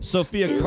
Sophia